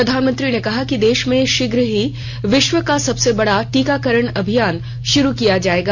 प्रधानमंत्री ने कहा कि देश में शीघ्र ही विश्व का सबसे बड़ा टीकाकरण अभियान शुरू किया जायेगा